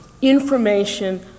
Information